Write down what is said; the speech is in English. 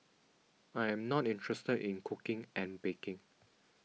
I am not interested in cooking and baking